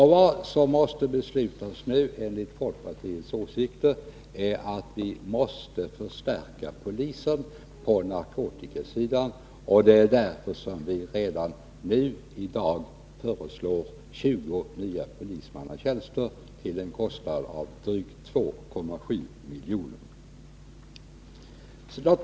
Vad vi nu enligt folkpartiets åsikt måste besluta är en förstärkning av polisen på narkotikasidan. Det är därför som vi redan nu i dag föreslår 20 nya polismannatjänster till en kostnad av drygt 2,7 milj.kr.